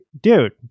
dude